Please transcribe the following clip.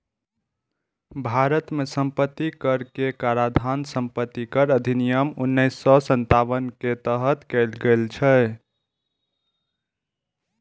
भारत मे संपत्ति कर के काराधान संपत्ति कर अधिनियम उन्नैस सय सत्तावन के तहत कैल गेल छै